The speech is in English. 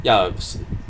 ya